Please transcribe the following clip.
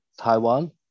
Taiwan